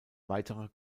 weiterer